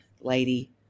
lady